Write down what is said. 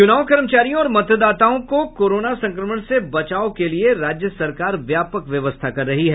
चुनाव कर्मचारियों और मतदाताओं को कोरोना संक्रमण से बचाव के लिए राज्य सरकार व्यापक व्यवस्था कर रही है